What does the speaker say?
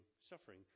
suffering